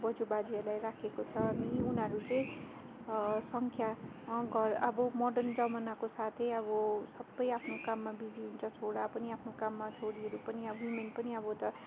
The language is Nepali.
बोजू बाजेहरूलाई राखेको छ अनि उनीहरू चाहिँ सङ्ख्या घर अब मोडर्न जमानाको साथै अब सबै आफ्नो काममा बिजी हुन्छ छोरा पनि आफ्नो काममा छोरीहरू पनि वुमेन पनि अब त